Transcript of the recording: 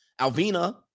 Alvina